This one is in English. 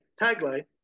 tagline